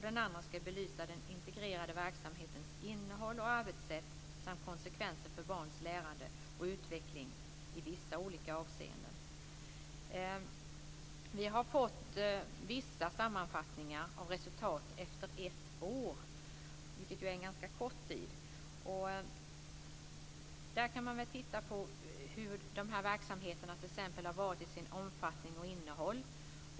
Den andra ska belysa den integrerade verksamhetens innehåll och arbetssätt samt konsekvensen för barns lärande och utveckling i vissa avseenden. Vi har fått vissa sammanfattningar av resultat efter ett år, vilket ju är en ganska kort tid. Där kan man väl titta på hur de här verksamheterna t.ex. har sett ut i omfattning och innehåll.